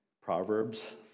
Proverbs